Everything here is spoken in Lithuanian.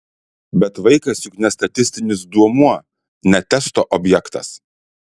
bet vaikas juk ne statistinis duomuo ne testo objektas